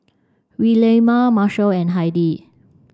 Williemae Marshal and Heidi